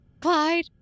Clyde